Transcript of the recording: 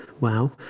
Wow